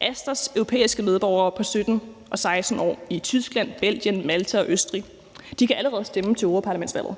Astas europæiske medborgere på 17 og 16 år i Tyskland, Belgien, Malta og Østrig kan allerede stemme til europaparlamentsvalget.